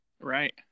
Right